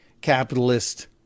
capitalist